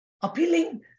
appealing